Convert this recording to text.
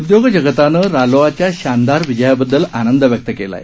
उद्योग जगतानं रालोआच्या शानदार विजयाबद्दल आनंद व्यक्त केला आहे